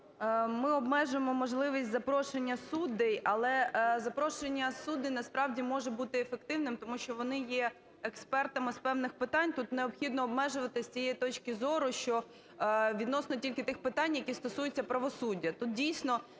ми обмежуємо можливість запрошення суддів, але запрошення суддів насправді може бути ефективним, тому що вони є експертами з певних питань. Тут необхідно обмежувати з тієї точки зору, що відносно тільки тих питань, які стосуються правосуддя.